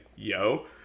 Yo